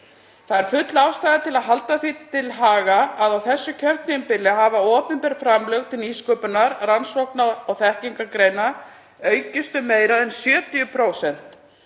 Það er full ástæða til að halda því til haga að á þessu kjörtímabili hafa opinber framlög til nýsköpunar, rannsókna og þekkingargreina aukist um meira en 70%.